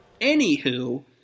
anywho